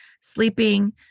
sleeping